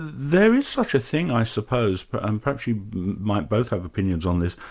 there is such a thing i suppose, but um perhaps you might both have opinions on this,